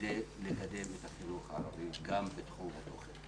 כדי לקדם את החינוך הערבי גם בתחום התוכן.